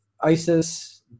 isis